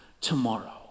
tomorrow